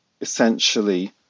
essentially